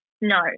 No